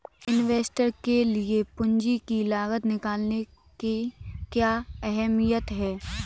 Investor के लिए पूंजी की लागत निकालने की क्या अहमियत है?